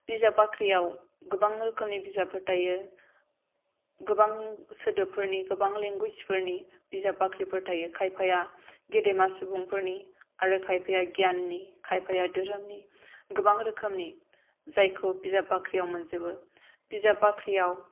बिजाब बाख्रिआव गोबां रोखोमनि बिजाबफोर थायो गोबां सोदोबफोरनि गोबां लेंगुवेजफोरनि बिजाब बाख्रिफोर थायो खायफाया गेदेमा सुबुंफोरनि आरो खायफाया गियाननि खायफाया धोरोमनि गोबां रोखोमनि जायखौ बिजाब बाख्रिआव मोनजोबो बिजाब बाख्रिआव